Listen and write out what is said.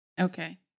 Okay